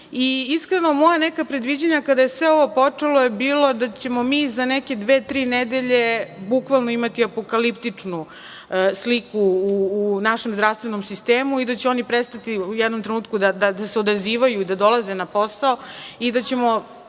Iskreno, moje neko predviđanje, kada je sve ovo počelo, je bilo da ćemo mi za neke dve, tri nedelje, bukvalno, imati apokaliptičnu sliku u našem zdravstvenom sistemu i da će oni prestati u jednom trenutku da se odazivaju i da dolaze na posao i da ćemo,